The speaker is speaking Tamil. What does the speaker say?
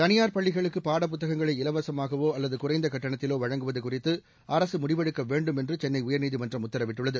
தனியார் பள்ளிகளுக்கு பாடப்புத்தகங்களை இலவசமாகவோ அல்லது குறைந்த கட்டணத்திலோ வழங்குவது குறித்து அரசு முடிவெடுக்க வேண்டும் என்று சென்னை உயர்நீதிமன்றம் உத்தரவிட்டுள்ளது